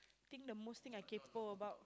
think the Muslim are capable about